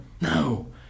No